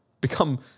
become